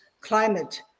climate